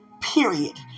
period